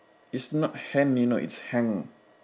it's not hand you know it's hang